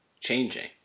changing